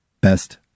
Best